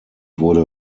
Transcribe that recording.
wurde